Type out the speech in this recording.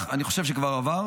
אני חושב שהוא כבר עבר,